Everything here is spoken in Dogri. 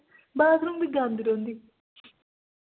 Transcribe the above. बाथरूम बी गांदे रौंह्दी